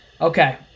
Okay